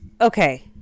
okay